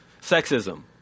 sexism